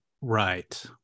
Right